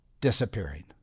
Disappearing